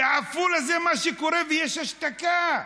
בעפולה זה מה שקורה, ויש השתקה.